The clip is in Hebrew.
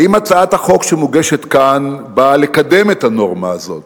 האם הצעת החוק שמוגשת כאן באה לקדם את הנורמה הזאת?